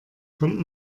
kommt